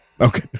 Okay